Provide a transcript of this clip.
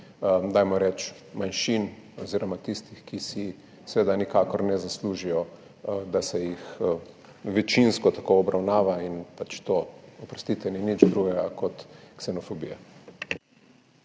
na plečih manjšin oziroma tistih, ki si seveda nikakor ne zaslužijo, da se jih večinsko tako obravnava in to, oprostite, ni nič drugega kot ksenofobija.